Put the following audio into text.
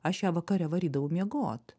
aš ją vakare varydavau miegot